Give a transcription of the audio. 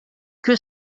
que